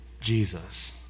Jesus